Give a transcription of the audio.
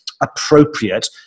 appropriate